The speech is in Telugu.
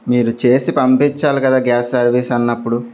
మీరు చేసి పంపించాలి కదా గ్యాస్ సర్వీస్ అన్నప్పుడు